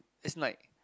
it's like